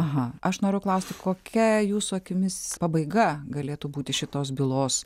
aha aš noriu klausti kokia jūsų akimis pabaiga galėtų būti šitos bylos